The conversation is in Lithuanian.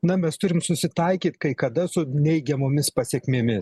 na mes turim susitaikyti kai kada su neigiamomis pasekmėmis